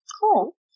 Cool